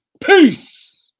Peace